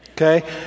Okay